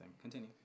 continue